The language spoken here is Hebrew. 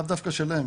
לאו דווקא שלהם,